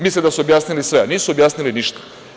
Misle da su objasnili sve, a nisu objasnili ništa.